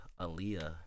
Aaliyah